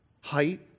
height